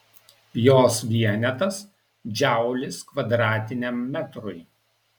jos vienetas džaulis kvadratiniam metrui